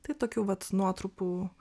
tai tokių vat nuotrupų